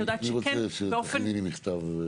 אני רוצה שתכיני לי מכתב.